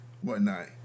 whatnot